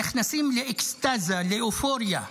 נכנסים לאקסטזה, לאופוריה.